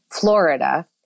Florida